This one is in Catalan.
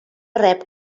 rep